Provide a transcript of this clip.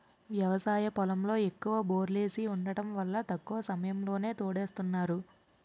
వ్యవసాయ పొలంలో ఎక్కువ బోర్లేసి వుండటం వల్ల తక్కువ సమయంలోనే తోడేస్తున్నారు